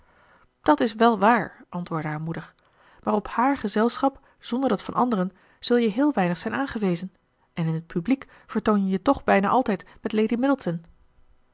dat is wèl waar antwoordde haar moeder maar op hààr gezelschap zonder dat van anderen zul je heel weinig zijn aangewezen en in t publiek vertoon je je toch bijna altijd met lady